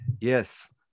Yes